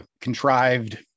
contrived